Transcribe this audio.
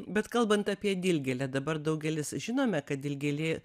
bet kalbant apie dilgėlę dabar daugelis žinome kad dilgėlė